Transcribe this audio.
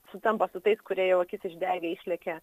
sutampa su tais kurie jau akis išdegę išlekia